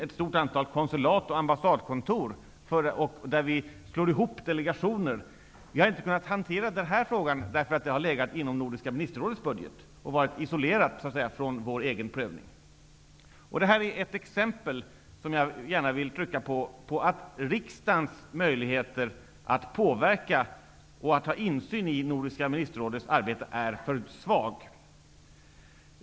Ett stort antal konsulat och ambassader dras in, och ett stort antal delegationer slås ihop. Men vi har inte kunnat hantera denna fråga, eftersom den har legat inom Nordiska ministerrådets budget, dvs. isolerat från vår egen prövning. Det är ett exempel som jag vill trycka på, dvs. att riksdagens möjligheter att påverka och att ha insyn i Nordiska ministerrådets arbete är för svagt.